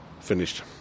finished